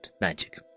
magic